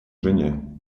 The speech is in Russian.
жене